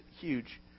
huge